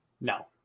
No